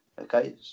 Okay